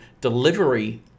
delivery